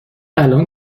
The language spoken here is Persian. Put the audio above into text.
الان